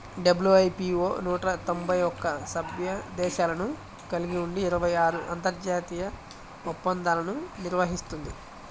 WIPO నూట తొంభై ఒక్క సభ్య దేశాలను కలిగి ఉండి ఇరవై ఆరు అంతర్జాతీయ ఒప్పందాలను నిర్వహిస్తుంది